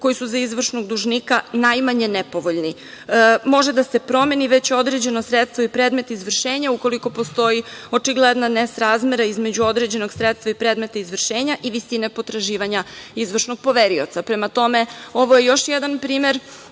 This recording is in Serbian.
koji su za izvršnog dužnika najmanje nepovoljni. Može da se promeni već određeno sredstvo i predmet izvršenja ukoliko postoji očigledna nesrazmera između određenog sredstva i predmeta izvršenja i visine potraživanja izvršnog poverioca. Prema tome, ovo je još jedan primer